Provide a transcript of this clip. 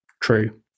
true